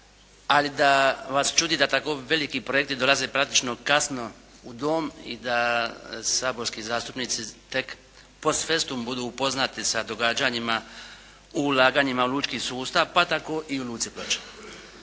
ali da vas čudi da tako veliki projekti dolaze praktično kasno u Dom i da saborski zastupnici tek "post festum" budu upoznati sa događanjima u ulaganjima u lučki sustav pa tako i u Luci Ploče.